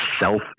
self